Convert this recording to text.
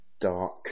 dark